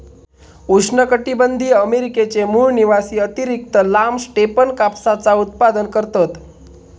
उष्णकटीबंधीय अमेरिकेचे मूळ निवासी अतिरिक्त लांब स्टेपन कापसाचा उत्पादन करतत